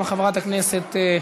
גם חברת הכנסת,